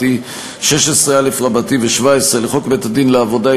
16א ו-17 לחוק בית-הדין לעבודה,